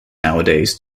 nowadays